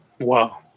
Wow